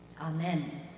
Amen